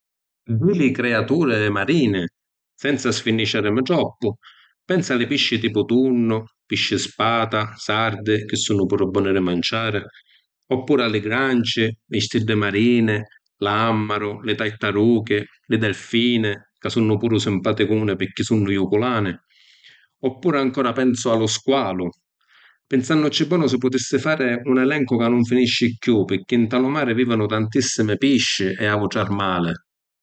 Di li criaturi marini, senza sfirniciarimi troppu, pensu a li pisci tipu tunnu, pisci spata, sardi (chi sunnu puru boni di manciari), oppuru a li granci, li stiddi marini, l‘àmmaru, li tartaruchi, li delfini (ca sunnu puru simpaticuni pirchì sunnu juculani). Oppuru ancora pensu a lu squalu. Pinsannucci bonu si putissi fari un elencu ca nun finisci chiù, pirchì nta lu mari vivunu tantissimi pisci e autri armali.